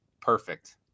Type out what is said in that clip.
perfect